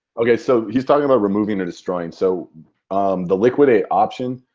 okay so he's talking about removing or destroying. so the liquidate option,